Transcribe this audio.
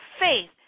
Faith